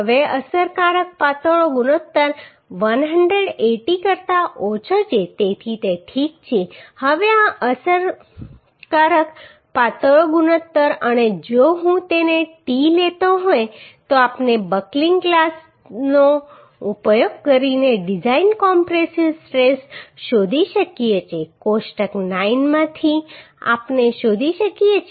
હવે અસરકારક પાતળો ગુણોત્તર 180 કરતા ઓછો છે તેથી તે ઠીક છે હવે આ અસરકારક પાતળો ગુણોત્તર અને જો હું તેને ટી લેતો હોય તો આપણે બકલિંગ ક્લાસ c નો ઉપયોગ કરીને ડિઝાઇન કોમ્પ્રેસિવ સ્ટ્રેસ શોધી શકીએ છીએ કોષ્ટક 9 c માંથી આપણે શોધી શકીએ છીએ